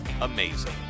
amazing